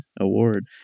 award